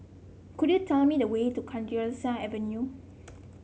could you tell me the way to Kalidasa Avenue